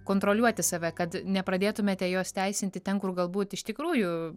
kontroliuoti save kad nepradėtumėte jos teisinti ten kur galbūt iš tikrųjų